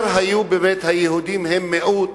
ובאמת, כאשר היו היהודים מיעוט,